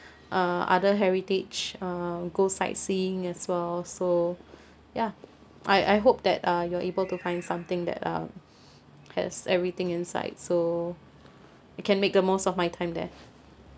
uh other heritage uh go sightseeing as well so ya I I hope that uh you're able to find something that uh has everything inside so I can make the most of my time there